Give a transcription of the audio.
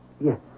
Yes